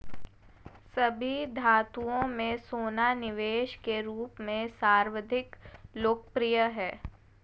सभी धातुओं में सोना निवेश के रूप में सर्वाधिक लोकप्रिय है